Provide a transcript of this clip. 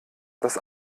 das